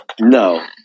No